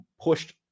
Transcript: pushed